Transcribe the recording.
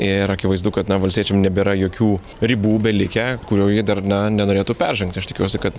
ir akivaizdu kad na valstiečiam nebėra jokių ribų belikę kurių jie dar na nenorėtų peržengt aš tikiuosi kad